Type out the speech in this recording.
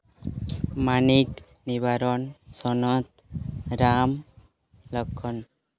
ᱢᱟᱱᱤᱠ ᱱᱤᱵᱟᱨᱚᱱ ᱥᱚᱱᱚᱛ ᱨᱟᱢ ᱞᱚᱠᱠᱷᱚᱱ